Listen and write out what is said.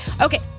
Okay